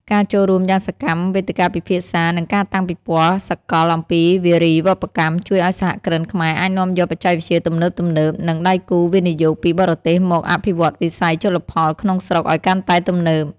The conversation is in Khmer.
ការចូលរួមយ៉ាងសកម្មក្នុងវេទិកាពិភាក្សា និងការតាំងពិព័រណ៍សកលអំពីវារីវប្បកម្ម ជួយឱ្យសហគ្រិនខ្មែរអាចនាំយកបច្ចេកវិទ្យាទំនើបៗ និងដៃគូវិនិយោគពីបរទេសមកអភិវឌ្ឍវិស័យជលផលក្នុងស្រុកឱ្យកាន់តែទំនើប។